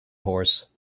horse